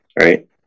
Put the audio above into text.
right